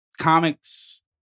comics